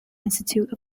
institute